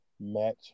match